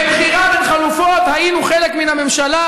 בבחירה בין חלופות היינו חלק מן הממשלה,